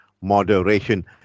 moderation